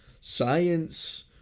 science